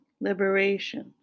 liberation